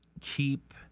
keep